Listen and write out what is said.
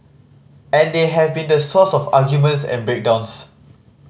and they have been the source of arguments and break downs